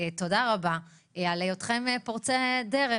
תודה רבה על היותכם פורצי דרך,